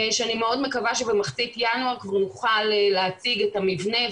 ואני מאוד מקווה שבמחצית ינואר נוכל להציג את המבנה,